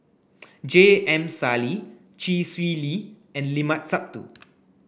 J M Sali Chee Swee Lee and Limat Sabtu